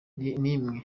n’imwe